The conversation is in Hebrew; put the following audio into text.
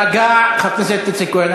תירגע, חבר הכנסת איציק כהן.